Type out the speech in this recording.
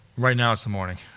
right now it's the morning,